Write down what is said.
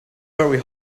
very